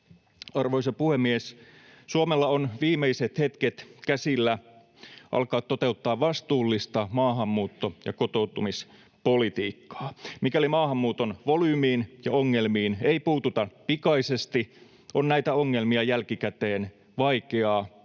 Arvoisa puhemies! Suomella on viimeiset hetket käsillä alkaa toteuttaa vastuullista maahanmuutto- ja kotoutumispolitiikkaa. Mikäli maahanmuuton volyymiin ja ongelmiin ei puututa pikaisesti, on näitä ongelmia jälkikäteen vaikeaa, suorastaan